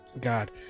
God